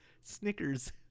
Snickers